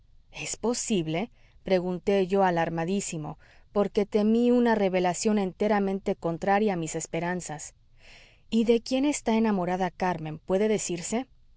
es posible pregunté yo alarmadísimo porque temí una revelación enteramente contraria a mis esperanzas y de quién está enamorada carmen puede decirse